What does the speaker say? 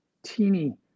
teeny